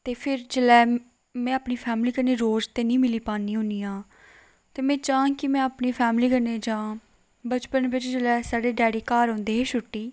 ते फिर जेल्लै में अपनी फैमिली कन्नै रौज ते नेईं मिली पान्नी होनी आं ते में चाह्ङ कि में अपनी फैमिली कन्नै जां बचपन बिच जेल्लै साढ़े डैडी घर औंदे हे छुट्टी